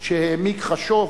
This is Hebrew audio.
שהעמיק חשוב